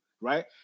right